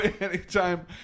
Anytime